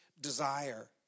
desire